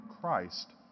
Christ